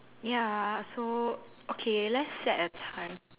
ya so okay let's set a time